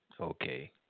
okay